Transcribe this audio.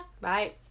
bye